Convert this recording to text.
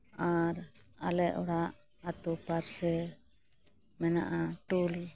ᱟᱨ ᱟᱞᱮ ᱚᱲᱟᱜ ᱟᱹᱛᱩ ᱯᱟᱥᱮ ᱢᱮᱱᱟᱜᱼᱟ ᱴᱩᱞ